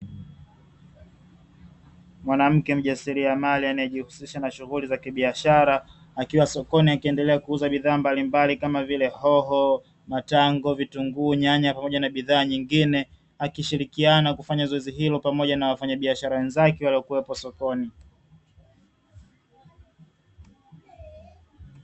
Mke mjasiriamali anaejuhusiaha katika biashara akiwa sokoni akiendelea kuuza bidhaa mbalinbali kama vile hoho, nyanya, matango, vitungu akishirikiana kufanya zoezi hilo na wenzake katika kufanya biashara sokoni